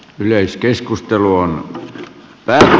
yleiskeskustelua pää